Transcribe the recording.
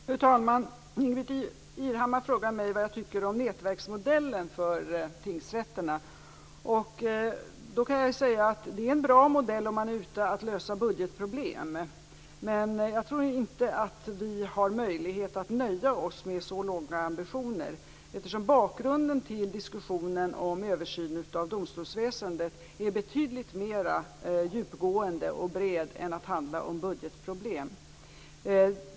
Fru talman! Ingbritt Irhammar frågade mig vad jag tycker om nätverksmodellen för tingsrätterna. Det är en bra modell om man ute efter att lösa budgetproblem, men jag tror inte att vi har möjlighet att nöja oss med så låga ambitioner. Bakgrunden till diskussionen om en översyn av domstolsväsendet är betydligt mer djupgående och bred. Den handlar inte bara om budgetproblem.